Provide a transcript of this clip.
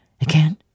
again